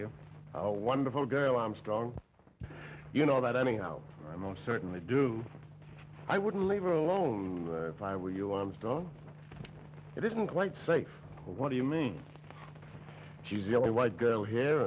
you oh wonderful girl i'm strong you know that i mean how i most certainly do i wouldn't leave her alone if i were you i was done it isn't quite safe what do you mean she's the only white girl here